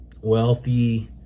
Wealthy